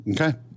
Okay